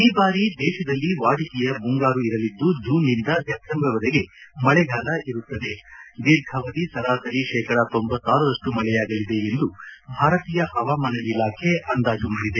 ಈ ಬಾರಿ ದೇಶದಲ್ಲಿ ವಾಡಿಕೆಯ ಮುಂಗಾರು ಇರಲಿದ್ದು ಜೂನ್ ನಿಂದ ಸೆಪ್ಟೆಂಬರ್ ವರೆಗೆ ಮಳೆಗಾಲ ಇರುತ್ತದೆ ದೀರ್ಘಾವಧಿ ಸರಾಸರಿ ಶೇಕಡಾ ರಷ್ಟು ಮಳೆಯಾಗಲಿದೆ ಎಂದು ಭಾರತೀಯ ಪವಾಮಾನ ಇಲಾಖೆ ಅಂದಾಜು ಮಾಡಿದೆ